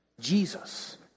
Jesus